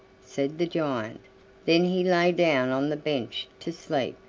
said the giant then he lay down on the bench to sleep,